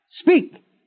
speak